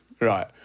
Right